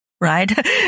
right